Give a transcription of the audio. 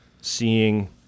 seeing